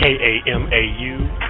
K-A-M-A-U